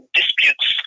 disputes